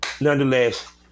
nonetheless